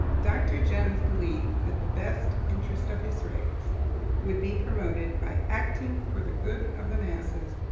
dr. jones believed that the best interest of his race would be promoted by acting for the good of the masses,